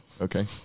Okay